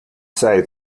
say